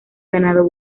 ganado